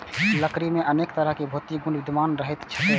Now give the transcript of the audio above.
लकड़ी मे अनेक तरहक भौतिक गुण विद्यमान रहैत छैक